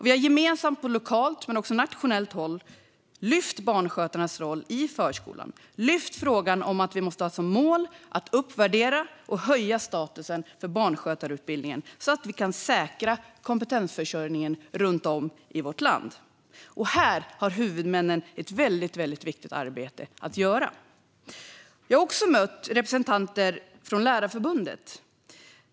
Vi har gemensamt på lokalt men också nationellt håll lyft barnskötarnas roll i förskolan. Vi har lyft frågan om att vi måste ha som mål att uppvärdera och höja statusen för barnskötarutbildningen så att vi kan säkra kompetensförsörjningen runt om i vårt land. Här har huvudmännen ett väldigt viktigt arbete att göra. Jag har också mött representanter från Lärarförbundet.